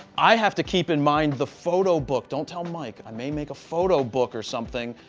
i have to keep in mind the photo book. don't tell mike. i may make a photo book or something.